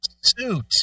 suit